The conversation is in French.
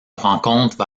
rencontre